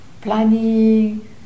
planning